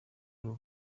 uru